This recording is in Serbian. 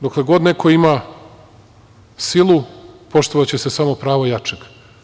Dokle god neko ima silu poštovaće se samo pravo jačeg.